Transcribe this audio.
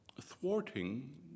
thwarting